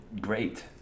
great